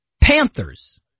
Panthers